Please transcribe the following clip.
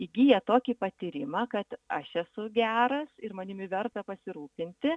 įgyja tokį patyrimą kad aš esu geras ir manimi verta pasirūpinti